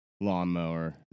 lawnmower